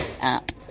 app